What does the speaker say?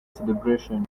celebration